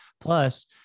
plus